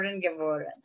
Geboren